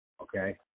okay